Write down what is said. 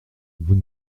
vous